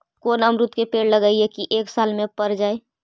कोन अमरुद के पेड़ लगइयै कि एक साल में पर जाएं?